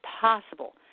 possible